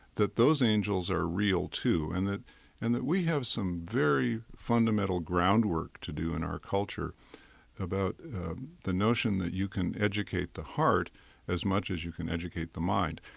that those angels are real too and that and that we have some very fundamental groundwork to do in our culture about the notion that you can educate the heart as much as you can educate the mind.